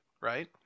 right